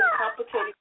complicated